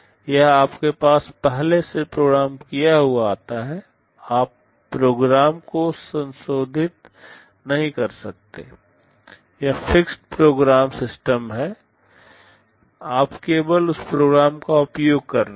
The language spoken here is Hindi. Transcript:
यह आपके पास पहले से प्रोग्राम किया हुआ आता है आप प्रोग्राम को संशोधित नहीं कर सकते हैं यह फिक्स्ड प्रोग्राम सिस्टम है आप केवल उस प्रोग्राम का उपयोग कर रहे हैं